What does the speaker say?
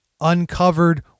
uncovered